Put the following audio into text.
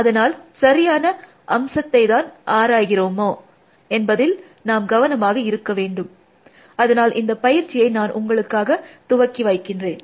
அதனால் சரியான அம்சத்தைத்தான் ஆராய்கிறோமா என்பதில் நாம் கவனமாக இருக்க வேண்டும் அதனால் இந்த பயிற்சியை நான் உங்களுக்காக துவக்கி வைக்கிறேன்